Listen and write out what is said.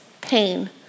pain